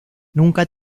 nunca